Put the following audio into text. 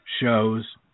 shows